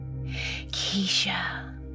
Keisha